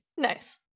nice